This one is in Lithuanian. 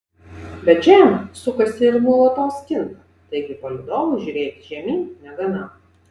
bet žemė sukasi ir nuolatos kinta taigi palydovui žiūrėti žemyn negana